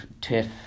tiff